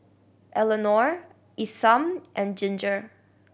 Eleonore Isam and Ginger